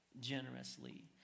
generously